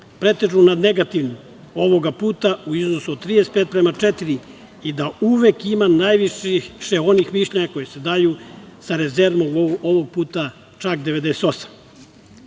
pretežu nad negativnim, ovoga puta, u iznosu od 35 prema četiri i da uvek ima najviše onih mišljenja koja se daju sa rezervom, ovog puta, čak